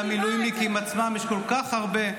למילואימניקים עצמם יש כל כך הרבה,